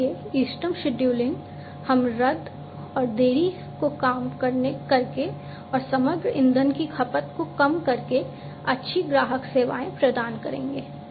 इसलिए इष्टतम शेड्यूलिंग हम रद्द और देरी को कम करके और समग्र ईंधन की खपत को कम करके अच्छी ग्राहक सेवाएं प्रदान करेंगे